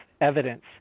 evidence